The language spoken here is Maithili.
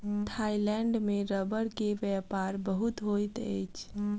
थाईलैंड में रबड़ के व्यापार बहुत होइत अछि